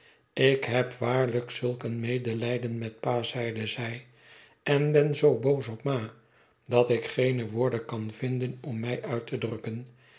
ik heb waarlijk zulk een medelijden met pa zeide zij en ben zoo boos op ma dat ik geene woorden kan vinden om mij uit te drukken